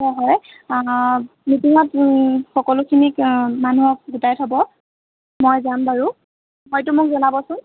হয় হয় মিটিঙত সকলোখিনিক মানুহক গোটাই থ'ব মই যাম বাৰু সময়টো মোক জনাবচোন